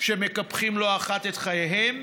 שמקפחים לא אחת את חייהם?